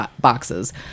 boxes